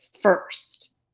first